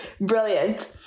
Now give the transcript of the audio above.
brilliant